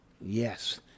yes